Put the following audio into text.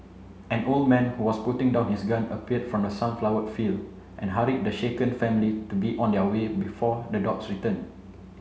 an old man who was putting down his gun appeared from the sunflower field and hurried the shaken family to be on their way before the dogs return